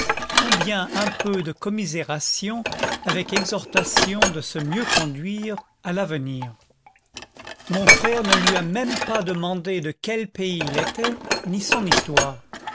ou bien un peu de commisération avec exhortation de se mieux conduire à l'avenir mon frère ne lui a même pas demandé de quel pays il était ni son histoire